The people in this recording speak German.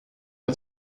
der